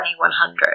2100